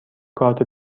کارت